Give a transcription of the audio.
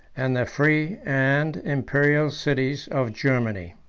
and the free and imperial cities of germany.